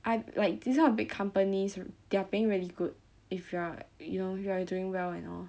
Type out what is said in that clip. I like this kind of big companies they are paying really good if you are you know you are doing well and all